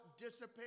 dissipate